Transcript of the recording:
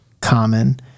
common